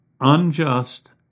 unjust